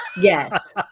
Yes